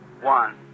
one